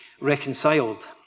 reconciled